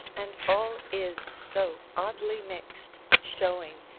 and all is so oddly mixed, showing,